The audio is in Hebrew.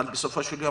אבל בסופו של יום,